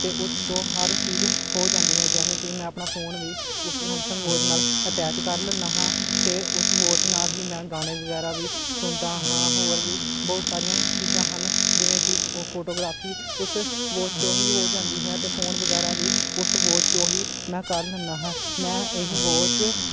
ਅਤੇ ਉਸ ਤੋਂ ਹਰ ਚੀਜ਼ ਹੋ ਜਾਂਦੀ ਹੈ ਜਿਵੇਂ ਕਿ ਮੈਂ ਆਪਣਾ ਫੋਨ ਵੀ ਉਸ ਸੈਮਸੰਗ ਵੋਚ ਨਾਲ ਅਟੈਚ ਕਰ ਲੈਂਦਾ ਹਾਂ ਅਤੇ ਉਸ ਵੋਚ ਨਾਲ ਹੀ ਮੈਂ ਗਾਣੇ ਵਗੈਰਾ ਵੀ ਸੁਣਦਾ ਹਾਂ ਹੋਰ ਵੀ ਬਹੁਤ ਸਾਰੀਆਂ ਚੀਜ਼ਾਂ ਹਨ ਜਿਵੇਂ ਕਿ ਉਹ ਫੋਟੋਗ੍ਰਾਫੀ ਉਸ ਵੋਚ ਤੋਂ ਹੀ ਉਹ ਜਾਂਦੀ ਹੈ ਅਤੇ ਫੋਨ ਵਗੈਰਾ ਵੀ ਉਸ ਵੋਚ ਤੋਂ ਹੀ ਮੈਂ ਕਰ ਲੈਂਦਾ ਹਾਂ ਮੈਂ ਇਹ ਵੋਚ